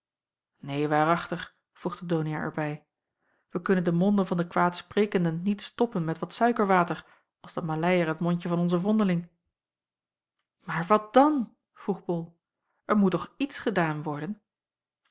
neen waarachtig voegde donia er bij wij kunnen de monden van de kwaadsprekenden niet stoppen met wat suikerwater als de maleier het mondje van onzen vondeling maar wat dan vroeg bol er moet toch iets gedaan worden